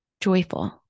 joyful